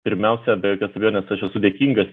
pirmiausia be jokios abejonės aš esu dėkingas